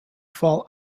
fall